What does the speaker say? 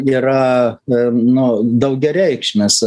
yra nu daugiareikšmis